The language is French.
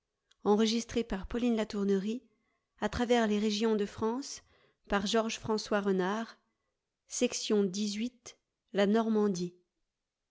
de la normandie